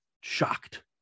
shocked